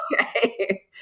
Okay